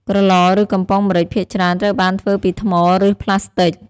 ក្រឡ ឬ កំប៉ុងម្រេចភាគច្រើន ត្រូវបានធ្វើពីថ្ម ឬ ផ្លាស្ទិក។